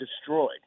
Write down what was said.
destroyed